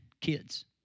Kids